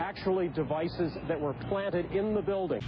actually devices that were planted in the building